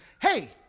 hey